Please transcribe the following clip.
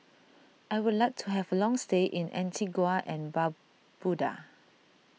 I would like to have a long stay in Antigua and Barbuda